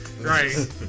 Right